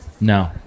No